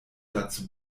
dazu